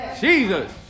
Jesus